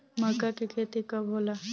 मक्का के खेती कब होला?